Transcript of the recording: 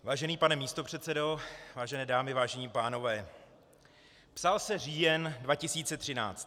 Vážený pane místopředsedo, vážené dámy, vážení pánové, psal se říjen 2013.